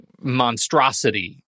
monstrosity